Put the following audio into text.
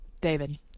David